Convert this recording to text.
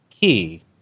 key